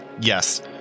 Yes